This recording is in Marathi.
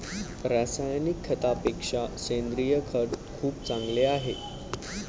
रासायनिक खतापेक्षा सेंद्रिय खत खूप चांगले आहे